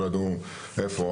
לא ידעו איפה,